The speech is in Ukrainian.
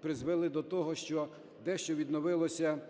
призвели до того, що дещо відновилося